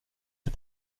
ses